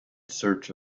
search